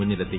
മുന്നിലെത്തി